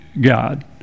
God